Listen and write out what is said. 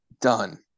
done